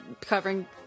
covering